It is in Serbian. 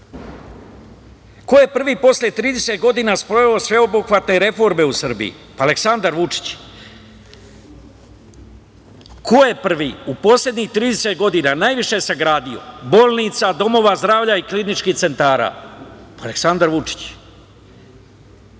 Ko je prvi posle 30 godina sproveo sveobuhvatne reforme u Srbiji? Aleksandar Vučić. Ko je prvi u poslednjih 30 godina najviše sagradio bolnica, domova zdravlja i kliničkih centara? Aleksandar Vučić.